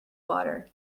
water